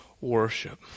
worship